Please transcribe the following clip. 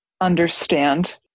understand